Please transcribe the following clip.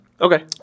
okay